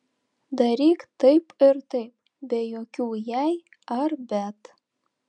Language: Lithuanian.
daryk taip ir taip be jokių jei ar bet